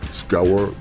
scour